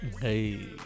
Hey